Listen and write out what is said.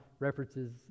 references